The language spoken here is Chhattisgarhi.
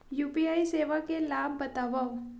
यू.पी.आई सेवाएं के लाभ बतावव?